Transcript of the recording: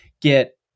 get